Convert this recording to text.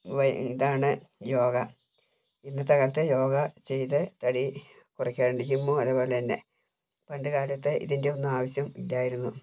വഴി ഇതാണ് യോഗ ഇന്നത്തെ കാലത്ത് യോഗ ചെയ്ത് തടി കുറയ്ക്കാറുണ്ട് ജിമ്മും അതുപോലെ തന്നെ പണ്ട് കാലത്ത് ഇതിന്റെ ഒന്നും ആവശ്യം ഇല്ലായിരുന്നു